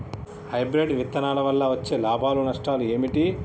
Hybrid విత్తనాల వల్ల వచ్చే లాభాలు నష్టాలు ఏమిటి?